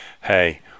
hey